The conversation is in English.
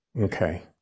Okay